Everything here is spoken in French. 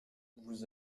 vous